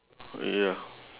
ya